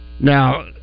Now